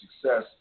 success